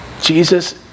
Jesus